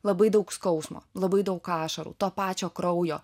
labai daug skausmo labai daug ašarų to pačio kraujo